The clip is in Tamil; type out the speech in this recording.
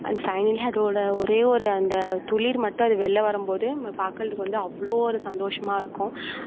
அண்ட் ஃபைனலாக அதோட ஒரே ஒரு அந்த துளிர் மட்டும் அது வெளில வரும்போது பாக்கிறதுக்கு வந்து அவ்வளோ ஒரு சந்தோஷமாக இருக்கும்